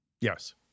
Yes